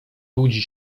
budzi